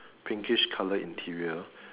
pinkish colour interior